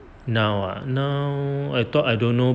now ah now I thought I don't know